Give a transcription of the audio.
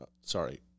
sorry